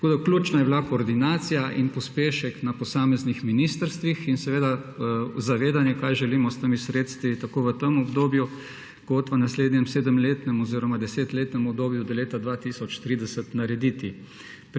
Ključna je bila koordinacija in pospešek na posameznih ministrstvih in seveda zavedanje, kaj želimo s temi sredstvi tako v tem obdobju kot v naslednjem sedemletnem oziroma desetletnem obdobju do leta 2030 narediti.